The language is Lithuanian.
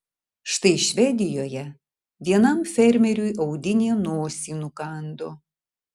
štai švedijoje vienam fermeriui audinė nosį nukando